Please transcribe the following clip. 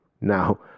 Now